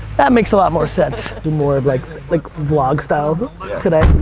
that makes a lot more sense. do more of like like vlog style today.